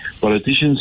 politicians